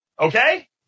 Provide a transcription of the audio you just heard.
Okay